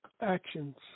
actions